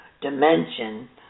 dimension